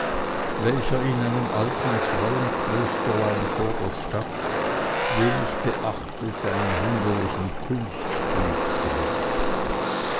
welcher in einem alten frauenklösterlein vor der stadt wenig beachtet einen wunderlichen kunstspuk trieb